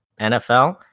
NFL